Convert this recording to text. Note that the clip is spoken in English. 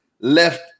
left